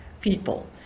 people